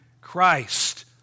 Christ